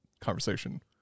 conversation